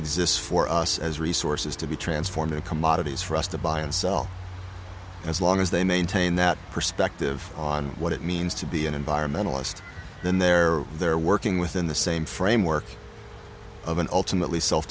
exists for us as resources to be transformed into commodities for us to buy and sell as long as they maintain that perspective on what it means to be an environmentalist then they're working within the same framework of an ultimately self